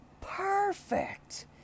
Perfect